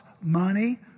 money